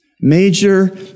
Major